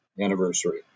anniversary